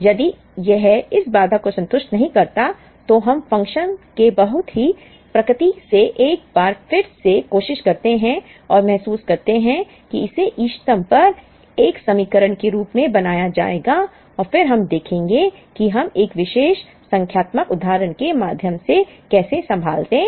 यदि यह इस बाधा को संतुष्ट नहीं करता है तो हम फ़ंक्शन के बहुत ही प्रकृति से एक बार फिर से कोशिश करते हैं और महसूस करते हैं कि इसे इष्टतम पर एक समीकरण के रूप में बनाया जाएगा और फिर हम देखेंगे कि हम एक विशेष संख्यात्मक उदाहरण के माध्यम से कैसे संभालते हैं